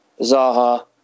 Zaha